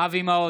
אבי מעוז,